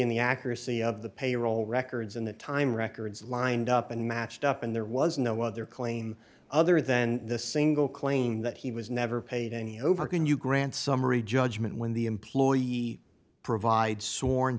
of the accuracy of the payroll records in the time records lined up and matched up and there was no other claim other than the single claim that he was never paid any over can you grant summary judgment when the employee provide sworn